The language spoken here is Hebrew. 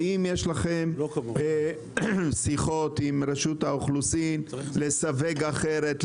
האם יש לכם שיחות עם רשות האוכלוסין לסווג אחרת,